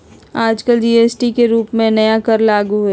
आजकल जी.एस.टी के रूप में नया कर लागू हई